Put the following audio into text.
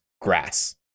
grass